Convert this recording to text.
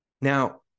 Now